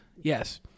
yes